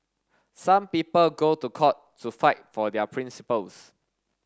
some people go to court to fight for their principles